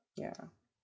yeah